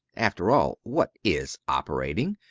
after all, what is operating?